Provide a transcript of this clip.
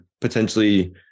potentially